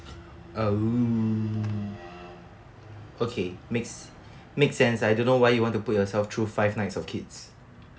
oh okay makes makes sense I don't know why you want to put yourself through five nights of kids